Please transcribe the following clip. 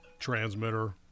transmitter